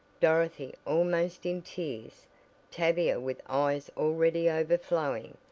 dorothy almost in tears tavia with eyes already overflowing,